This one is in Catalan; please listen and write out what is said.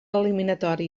eliminatori